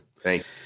Thanks